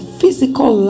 physical